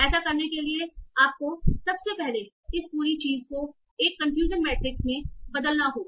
ऐसा करने के लिए आपको सबसे पहले इस पूरी चीज को एक कन्फ्यूजन मैट्रिक्स में बदलना होगा